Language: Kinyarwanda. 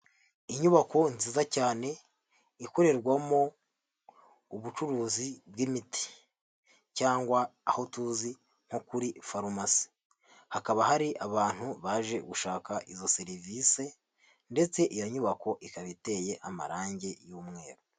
Inyubako nziza cyane ikorerwamo ubucuruzi bw'imiti cyangwa aho tuzi nko kuri farumasi, hakaba hari abantu baje gushaka izo serivisi ndetse iyo nyubako, ikaba iteye amarange y'umweru.